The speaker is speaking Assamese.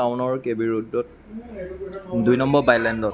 টাউনৰ কে বি ৰোডত দুই নম্বৰ বাইলেণ্ডত